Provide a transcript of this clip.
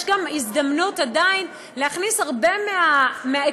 יש גם הזדמנות עדיין להכניס הרבה מהעקרונות